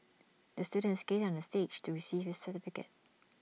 the student skated on the stage to receive his certificate